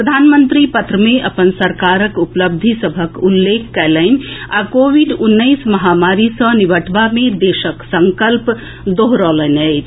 प्रधानमंत्री पत्र मे अपन सरकारक उपलब्धि सभक उल्लेख कएलनि आ कोविड उन्नैस महामारी सँ निबटबा मे देशक संकल्प दोहरौलनि अछि